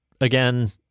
again